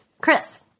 Chris